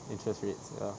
interest rates well